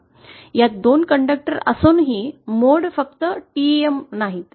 यात दोन कंडक्टर असूनही मोड फक्त TEM नाहीत